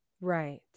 right